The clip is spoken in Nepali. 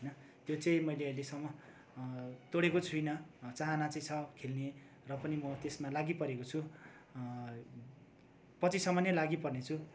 होइन त्यो चाहिँ मैले अहिलेसम्म तोडेको छुइनँ चाहना चाहिँ छ खेल्ने र पनि म त्यसमा लागिपरेको छु पछिसम्म नै लागिपर्नेछु